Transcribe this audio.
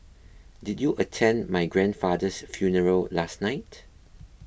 did you attend my grandfather's funeral last night